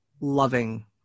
loving